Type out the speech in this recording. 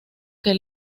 que